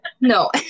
no